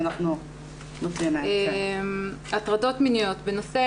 אנחנו --- הטרדות מיניות בנושא